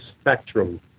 Spectrum